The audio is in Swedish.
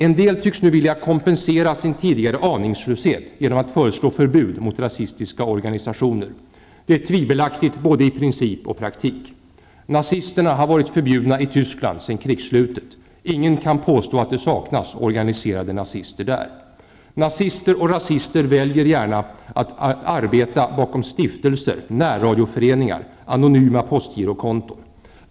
En del tycks nu vilja kompensera sin tidigare aningslöshet genom att föreslå förbud mot rasistiska organisationer. Det är tvivelaktigt både i princip och praktik. Nazistpartiet har varit förbjudet i Västtyskland sedan krigsslutet. Ingen kan påstå att det saknas organiserade nazister i Tyskland. Nazister och rasister väljer gärna att arbeta bakom stiftelser, närradioföreningar och anonyma postgirokonton.